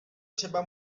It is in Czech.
třeba